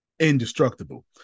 indestructible